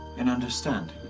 and understand?